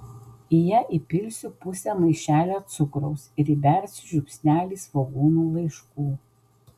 į ją įpilsiu pusę maišelio cukraus ir įbersiu žiupsnelį svogūnų laiškų